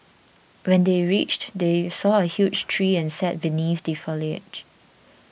when they reached they saw a huge tree and sat beneath the foliage